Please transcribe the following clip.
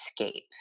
escape